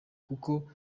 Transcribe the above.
kuko